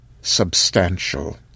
Substantial